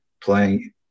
playing